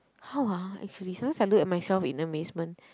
how ah actually sometimes I look at myself in amazement